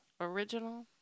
original